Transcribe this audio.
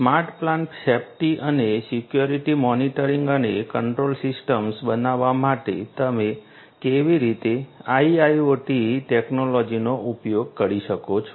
smart plant safety અને security monitoring અને control systems બનાવવા માટે તમે કેવી રીતે IIoT ટેક્નોલોજીનો ઉપયોગ કરી શકો છો